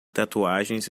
tatuagens